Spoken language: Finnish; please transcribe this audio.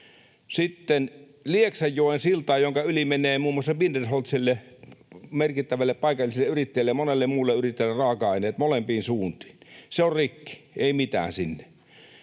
Sitten Lieksanjoen silta, jonka yli menee muun muassa Binderholzille, merkittävälle paikalliselle yrittäjälle, ja monelle muulle yrittäjälle raaka-aineet molempiin suuntiin. Se on rikki, ei mitään sinne.